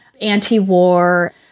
anti-war